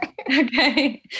Okay